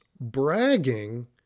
bragging